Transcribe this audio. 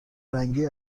رنگی